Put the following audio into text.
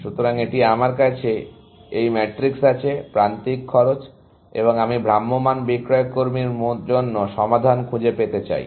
সুতরাং এটি আমার কাছে এই ম্যাট্রিক্স আছে প্রান্তিক খরচ এবং আমি ভ্রাম্যমান বিক্রয়কর্মীর জন্য সমাধান খুঁজে পেতে চাই